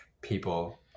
people